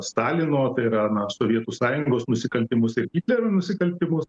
stalino tai yra na sovietų sąjungos nusikaltimus ir hitlerio nusikaltimus